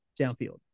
downfield